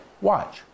Watch